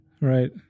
Right